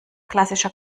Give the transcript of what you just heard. klassischer